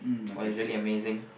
was really amazing